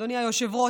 אדוני היושב-ראש,